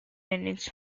engines